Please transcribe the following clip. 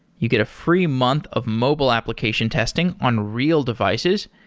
you get a free month of mobile application testing on real devices,